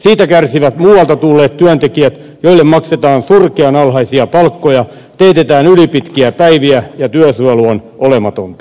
siitä kärsivät muualta tulleet työntekijät joille maksetaan surkean alhaisia palkkoja joilla teetetään ylipitkiä päiviä ja työsuojelu on olematonta